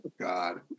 God